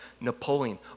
Napoleon